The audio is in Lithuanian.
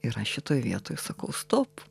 ir aš šitoj vietoj sakau stop